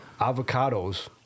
Avocados